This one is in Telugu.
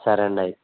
సరే అండి అయితే